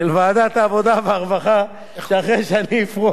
שאחרי שאני אפרוש לא תצטרכי יותר חוקים.